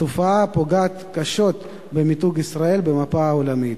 התופעה פוגעת קשות במיתוג ישראל במפה העולמית.